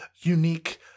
unique